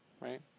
right